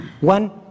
One